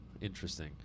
interesting